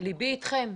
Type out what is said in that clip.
ליבי איתכם.